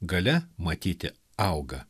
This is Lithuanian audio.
galia matyti auga